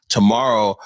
Tomorrow